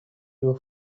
you